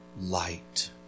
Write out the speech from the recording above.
light